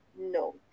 No